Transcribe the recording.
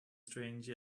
strange